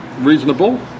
reasonable